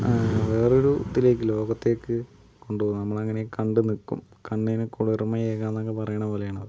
വേറൊരു ഇതിലേക്ക് ലോകത്തേക്ക് കൊണ്ടുപോകും നമ്മളങ്ങനെ കണ്ടുനിൽക്കും കണ്ണിന് കുളിർമ്മയേകാന്നൊക്കെ പറയണപോലെയാണത്